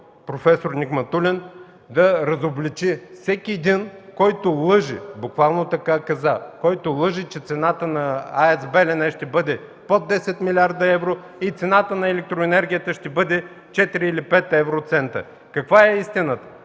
проф. Нигматулин, да разобличи всеки един, който лъже и буквално каза така: „...който лъже, че цената на АЕЦ „Белене” ще бъде под 10 млрд. евро и цената на електроенергията ще бъде 4 или 5 евроцента”. (Реплики.) Каква е истината?